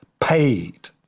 paid